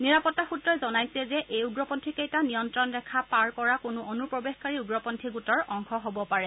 নিৰাপত্তা সূত্ৰই জনাইছে যে এই উগ্ৰপন্থীকেইটা নিয়ন্ত্ৰণ ৰেখা পাৰ কৰা কোনো অনুপ্ৰৱেশকাৰী উগ্ৰপন্থী গোটৰ অংশ হব পাৰে